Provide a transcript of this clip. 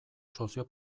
sozio